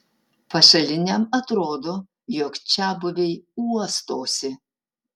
pašaliniam atrodo jog čiabuviai uostosi